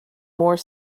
more